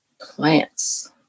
plants